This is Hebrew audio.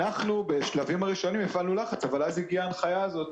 אנחנו בשלבים הראשונים הפעלנו לחץ אבל אז הגיעה ההנחיה הזאת,